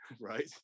right